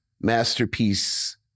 masterpiece